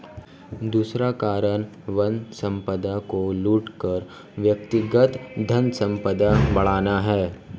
दूसरा कारण वन संपदा को लूट कर व्यक्तिगत धनसंपदा बढ़ाना है